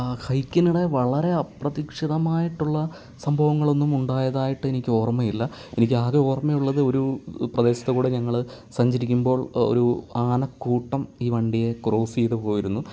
ഹൈക്കിനിടെ വളരെ അപ്രതീക്ഷിതമായിട്ടുള്ള സംഭവങ്ങളൊന്നും ഉണ്ടായതായിട്ട് എനിക്ക് ഓർമ്മയില്ല എനിക്ക് ആകെ ഓർമ്മയുള്ളത് ഒരു പ്രദേശത്തുകൂടെ ഞങ്ങള് സഞ്ചരിക്കുമ്പോൾ ഒരു ആനക്കൂട്ടം ഈ വണ്ടിയെ ക്രോസ് ചെയ്ത് പോയിരുന്നു